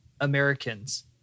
Americans